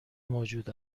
موجود